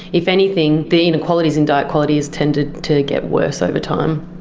if anything, the inequalities in diet quality has tended to get worse over time.